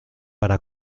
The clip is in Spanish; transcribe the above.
para